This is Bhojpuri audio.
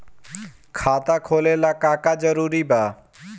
खाता खोले ला का का जरूरी बा?